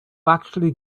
actually